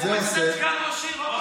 זה סגן ראש עיר כתב.